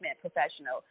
Professional